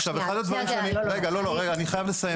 עכשיו, אחד הדברים רגע, אני חייב לסיים.